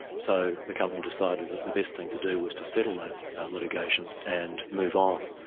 so the company decided that the best thing to do was to settle that litigation and move on,